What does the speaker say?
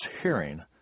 hearing